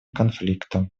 конфликтам